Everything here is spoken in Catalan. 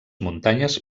muntanyes